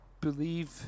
believe